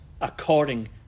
according